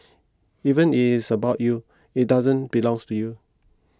even if it is about you it doesn't belong to you